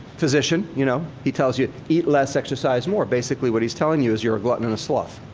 physician, you know he tells you eat less. exercise more. basically what he's telling you is you're a glutton and a sloth.